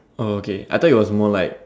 oh okay I thought it was more like